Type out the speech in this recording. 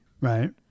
right